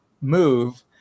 move